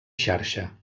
xarxa